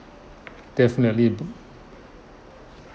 definitely